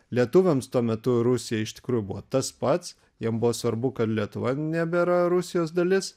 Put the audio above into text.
lietuviams tuo metu rusija iš tikrųjų buvo tas pats jiem buvo svarbu kad lietuva nebėra rusijos dalis